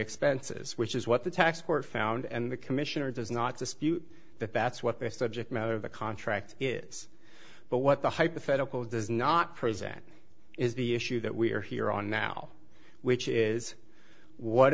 expenses which is what the tax court found and the commissioner does not dispute that that's what they subject matter the contract is but what the hypothetical does not present is the issue that we're here on now which is what